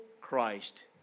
Christ